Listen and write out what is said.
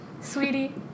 sweetie